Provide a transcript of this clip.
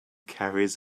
carries